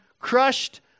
crushed